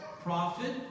Prophet